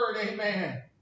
amen